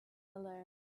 alone